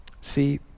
See